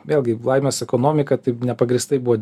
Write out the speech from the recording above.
vėlgi laimės ekonomika taip nepagrįstai buvo